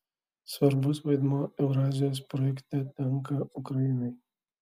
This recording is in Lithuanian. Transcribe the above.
svarbus vaidmuo eurazijos projekte tenka ukrainai